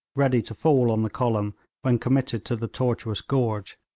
ready to fall on the column when committed to the tortuous gorge.